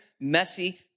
messy